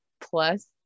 plus